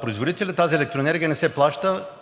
производителят, тази електроенергия не се плаща.